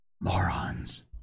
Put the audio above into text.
morons